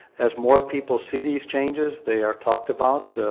as more people see these changes, they are talked about.